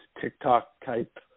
TikTok-type